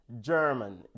german